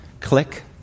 Click